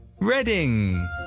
Reading